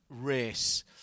race